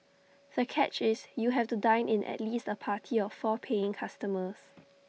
the catch is you have to dine in at least A party of four paying customers